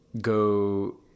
go